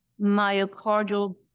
myocardial